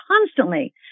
constantly